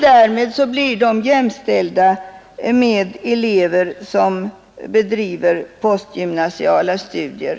Därmed blir de jämställda med elever som bedriver postgymnasiala studier.